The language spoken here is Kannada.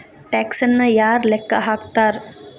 ಟ್ಯಾಕ್ಸನ್ನ ಯಾರ್ ಲೆಕ್ಕಾ ಹಾಕ್ತಾರ?